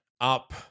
up